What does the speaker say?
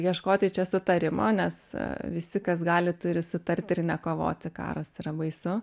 ieškoti čia sutarimo nes visi kas gali turi sutarti ir nekovoti karas yra baisu